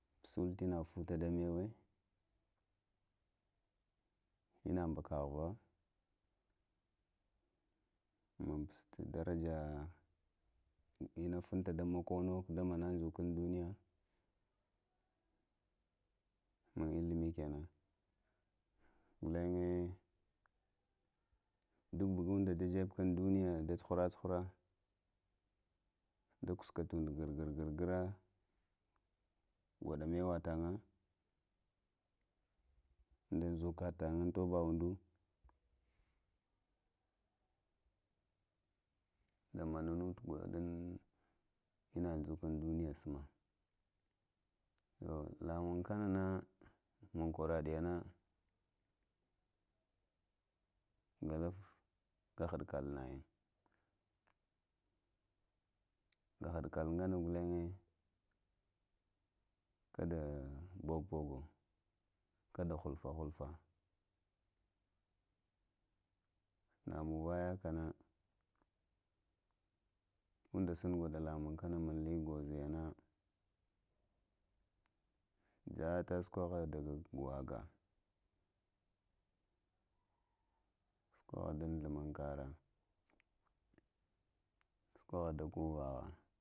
Pusolo tina futə dəm mewe, ina ɓaka ahva munŋ inə dum futa dəg mokono ko də mənə ɗzukan duniyə muŋ ilimi kənən da lee ɓugundə də jebe ka dunya cuhərə cuhərə duniyə tunɓugargərgrə gwəɗə mewətəne də dzukə ta ge muŋ uŋdo də mənə nuŋtə inə dzukun duniyə samə yo ləmunŋ kənə nə muŋ kwərəɗiyənə ghalaf kə hədkə kələ ngənə gulənŋe kədə ɓokɓogo kədə hulfə-hulfə nə munŋvəkənə undə sunu gwəɗə ləmunŋ kə yənə muz lee gwozuwyə nə yəhətə sukohə ɗən ɗumən ŋkə rə, sukoho də uvəhə, sukoho də-məkara suhahu da guvaha